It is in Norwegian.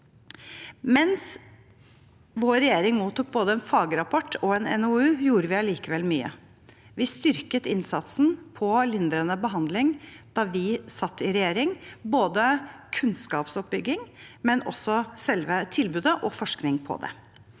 Mens vår regjering mottok både en fagrapport og en NOU, gjorde vi allikevel mye. Vi styrket innsatsen på lindrende behandling da vi satt i regjering – både kunnskapsoppbygging og selve tilbudet og forskning på det.